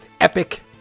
epic